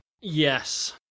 Yes